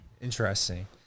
Interesting